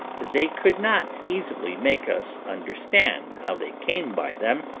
they could not easily make us understand how they came by them,